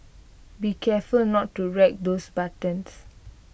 be careful not to wreck those buttons